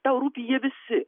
tau rūpi jie visi